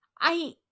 I-